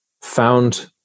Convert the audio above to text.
Found